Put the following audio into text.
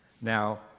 now